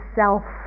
self